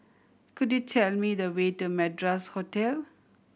could you tell me the way to Madras Hotel